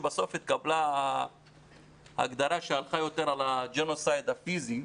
שבסוף התקבלה ההגדרה שהלכה יותר על הג'נוסייד הפיזי,